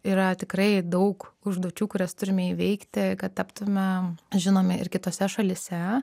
yra tikrai daug užduočių kurias turime įveikti kad taptume žinomi ir kitose šalyse